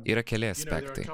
yra keli aspektai